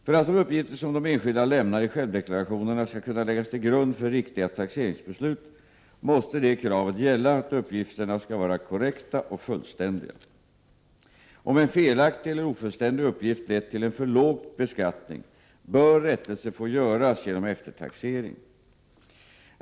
För att de uppgifter som de enskilda lämnar i självdeklarationerna skall kunna läggas till grund för riktiga taxeringsbeslut måste det kravet gälla att uppgifterna skall vara korrekta och fullständiga. Om en felaktig eller ofullständig uppgift lett till en för låg beskattning bör rättelse få göras genom eftertaxering.